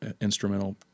instrumental